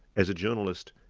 as a journalist,